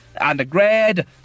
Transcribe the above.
undergrad